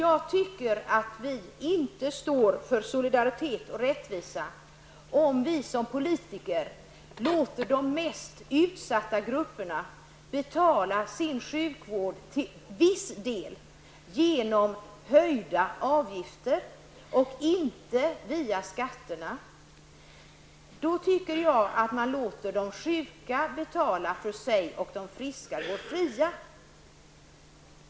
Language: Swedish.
Jag tycker att man inte står för solidaritet och rättvisa om vi som politiker låter de mest utsatta grupperna betala sin sjukvård till viss del genom höjda avgifter och inte via skatterna. Då låter man de sjuka betala för sig medan de friska går fria.